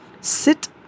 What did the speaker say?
sit